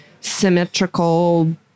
symmetrical